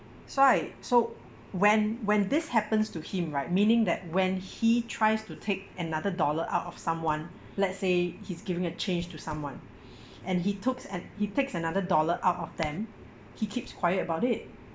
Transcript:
so I so when when this happens to him right meaning that when he tries to take another dollar out of someone let's say he's giving a change to someone and he tooks and he takes another dollar out of them he keeps quiet about it